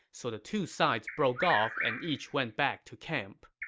so the two sides broke off and each went back to camp